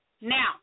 Now